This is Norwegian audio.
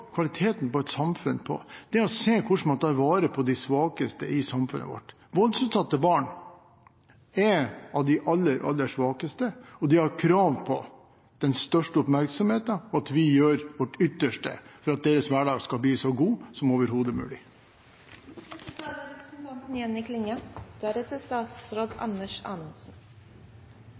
kvaliteten i et samfunn på er å se hvordan man tar vare på de svakeste. Voldsutsatte barn er av de aller, aller svakeste. De har krav på den største oppmerksomheten, og på at vi gjør vårt ytterste for at deres hverdag skal bli så god som overhodet mulig.